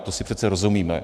To si přece rozumíme.